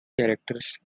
characters